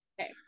Okay